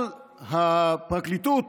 אבל הפרקליטות